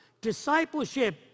Discipleship